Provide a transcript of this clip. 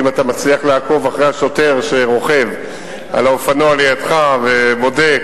אם אתה מצליח לעקוב אחרי השוטר שרוכב על האופנוע לידך ובודק,